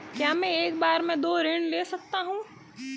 क्या मैं एक बार में दो ऋण ले सकता हूँ?